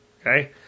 Okay